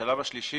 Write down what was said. השלב השלישי,